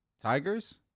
Tigers